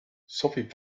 sobib